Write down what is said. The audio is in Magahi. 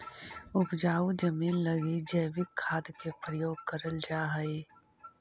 उपजाऊ जमींन लगी जैविक खाद के प्रयोग करल जाए के चाही